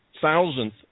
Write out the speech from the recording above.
thousandth